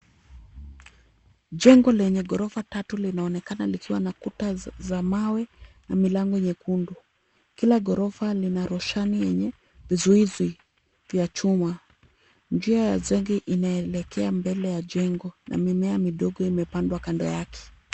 Jengo lenye ghorofa tatu linaonekana likiwa na kuta za mawe na milango nyekundu. Kila ghorofa lina roshani yenye vizuizi vya chuma. Njia ya zenge inaelekea mbele ya jengo na mimea midogo imepandwa kando yake.